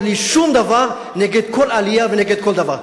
לי שום דבר נגד כל עלייה ונגד כל דבר.